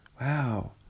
Wow